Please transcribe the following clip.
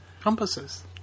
Compasses